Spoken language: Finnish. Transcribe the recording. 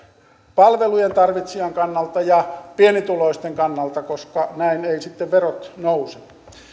palvelujen tarvitsijan kannalta ja pienituloisten kannalta koska näin eivät sitten verot nouse